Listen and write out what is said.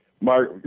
Mark